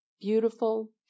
beautiful